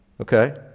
okay